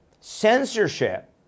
censorship